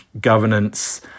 governance